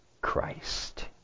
Christ